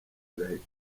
agahita